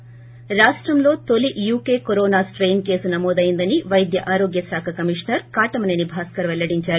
ి రాష్టంలో తొలీ యూకే కరోనా స్టెయిన్ కేసు నమోదైందని వైద్య ఆరోగ్య శాఖ కమిషనర్ కాటమనేని భాస్కర్ వెల్లడించారు